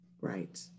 Right